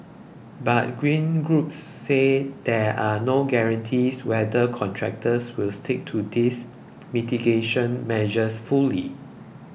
but Green groups say there are no guarantees whether contractors will stick to these mitigation measures fully